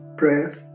breath